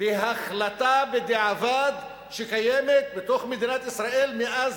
בהחלטה בדיעבד שקיימת בתוך מדינת ישראל מאז